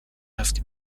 رفتیم